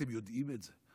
ואתם יודעים את זה.